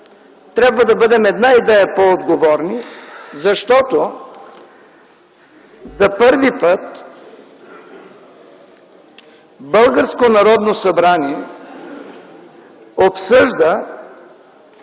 трябва да бъдем една идея по-отговорни, защото за първи път българско Народно събрание обсъжда